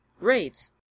Raids